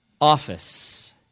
office